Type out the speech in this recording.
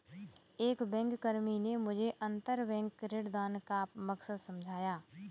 एक बैंककर्मी ने मुझे अंतरबैंक ऋणदान का मकसद समझाया